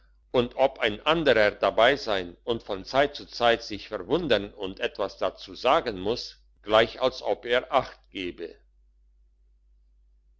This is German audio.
und ob ein anderer dabei sein und von zeit zu zeit sich verwundern und etwas dazu sagen muß gleich als ob er achtgäbe